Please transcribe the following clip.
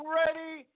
ready